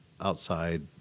outside